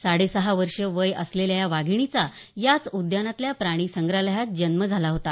साडे सहा वर्ष वय असलेल्या या वाधिणीचा याच उद्यानातल्या प्राणी संग्रहालयात जन्म झाला होता